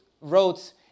wrote